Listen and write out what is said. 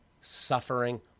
suffering